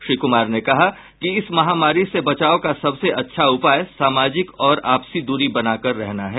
श्री कुमार ने कहा कि इस महामारी से बचाव का सबसे अच्छा उपाय सामाजिक और आपसी दूरी बनाकर रहना है